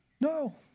No